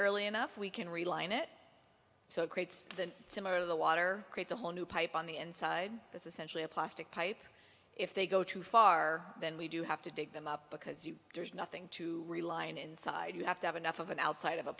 early enough we can realign it so it creates the similar to the water creates a whole new pipe on the inside that's essentially a plastic pipe if they go too far then we do have to dig them up because you there's nothing to realign inside you have to have enough of an outside of a